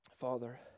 Father